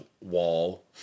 wall